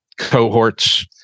cohorts